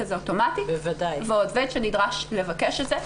את זה אוטומטית ועובד שנדרש לבקש את זה.